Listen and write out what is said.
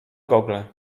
google